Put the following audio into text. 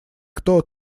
кто